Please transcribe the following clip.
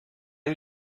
you